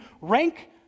rank